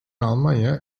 almanya